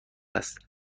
است